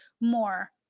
more